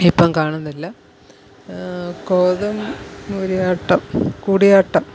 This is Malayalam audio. ഇപ്പം കാണുന്നില്ല കോതം മൂരിയാട്ടം കൂടിയാട്ടം